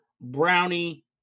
brownie